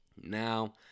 Now